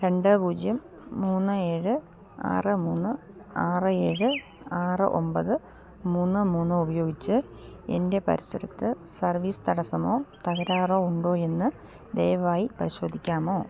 രണ്ട് പൂജ്യം മൂന്ന് ഏഴ് ആറ് മൂന്ന് ആറ് ഏഴ് ആറ് ഒമ്പത് മൂന്ന് മൂന്ന് ഉപയോഗിച്ച് എൻ്റെ പരിസരത്ത് സർവീസ് തടസ്സമോ തകരാറോ ഉണ്ടോയെന്ന് ദയവായി പരിശോധിക്കാമോ